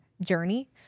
journey